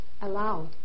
aloud